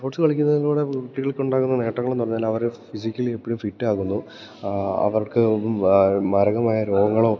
sports കളിക്കുന്നതിലൂടെ കുട്ടികൾക്ക് ഉണ്ടാകുന്ന നേട്ടങ്ങളൾ എന്ന് പറഞ്ഞാൽ അവർ ഫിസിക്കലി എപ്പോഴും ഫിറ്റാകുന്നു അവർക്ക് മാരകമായ രോഗങ്ങളോ